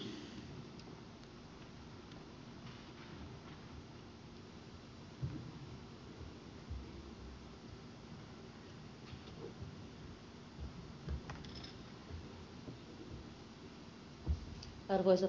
arvoisa puhemies